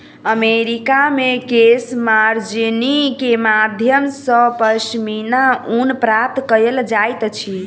America मे केशमार्जनी के माध्यम सॅ पश्मीना ऊन प्राप्त कयल जाइत अछि